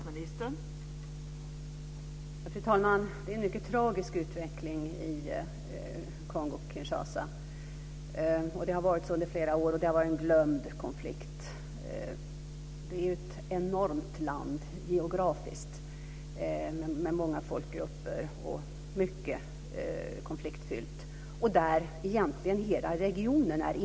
Fru talman! Det är en mycket tragisk utveckling i Kongo-Kinshasa. Det har varit så under flera år, och det har varit en glömd konflikt. Det är geografiskt ett enormt land, med många folkgrupper och fullt av konflikter. Egentligen är hela regionen inblandad.